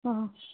অঁ